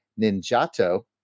ninjato